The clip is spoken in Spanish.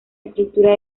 estructura